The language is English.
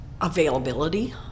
availability